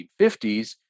1950s